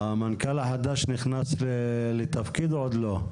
המנכ"ל החדש נכנס לתפקיד או עוד לא?